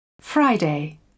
Friday